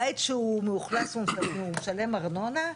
בית שהוא מאוכלס והוא משלם ארנונה,